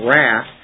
wrath